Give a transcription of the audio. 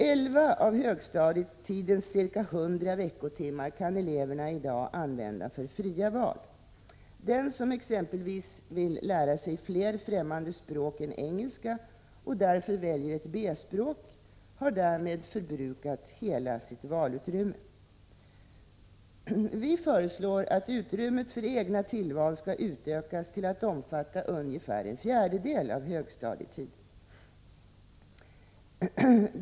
Elva av högstadietidens ca 100 veckotimmar kan eleverna i dag använda för fria val. Den som exempelvis vill lära sig fler främmande språk än engelska och därför väljer ett B-språk har därmed förbrukat hela sitt valutrymme. Vi föreslår att utrymmet för egna tillval skall utökas till att omfatta ungefär en fjärdedel av högstadietiden.